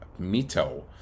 mito